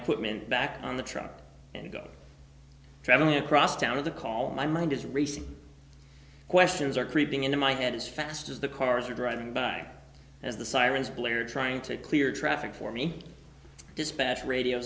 equipment back on the truck and go traveling across town of the call my mind is racing questions are creeping into my head as fast as the cars are driving by as the sirens blared trying to clear traffic for me dispatch radio